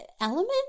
Element